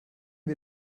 wir